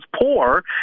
poor